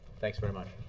thanks very much.